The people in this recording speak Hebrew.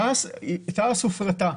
תע"ש הופרטה.